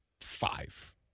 five